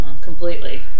Completely